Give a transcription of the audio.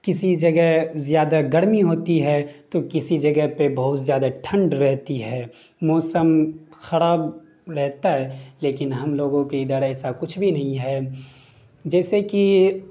کسی جگہ زیادہ گرمی ہوتی ہے تو کسی جگہ پہ بہت زیادہ ٹھنڈ رہتی ہے موسم خراب رہتا ہے لیکن ہم لوگوں کے ادھر ایسا کچھ بھی نہیں ہے جیسے کہ